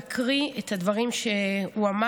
להקריא את הדברים שאמר,